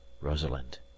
Rosalind